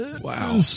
Wow